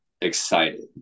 excited